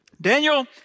Daniel